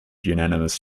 unanimous